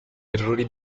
errori